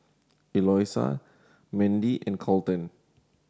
Eloisa Mendy and Colten